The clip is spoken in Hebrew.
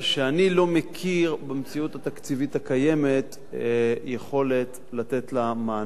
שאני לא מכיר במציאות התקציבית הקיימת יכולת לתת לה מענה.